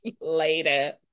Later